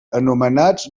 anomenats